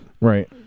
right